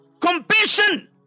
compassion